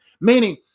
Meaning